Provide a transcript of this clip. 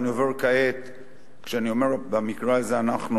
אני אומר במקרה הזה "אנחנו",